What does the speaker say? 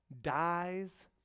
dies